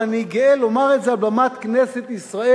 ואני גאה לומר את זה על במת כנסת ישראל,